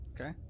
Okay